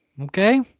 Okay